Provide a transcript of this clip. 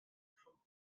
gefunden